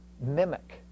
mimic